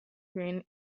green